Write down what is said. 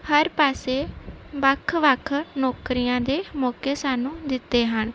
ਹਰ ਪਾਸੇ ਵੱਖ ਵੱਖ ਨੌਕਰੀਆਂ ਦੇ ਮੌਕੇ ਸਾਨੂੰ ਦਿੱਤੇ ਹਨ